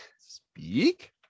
Speak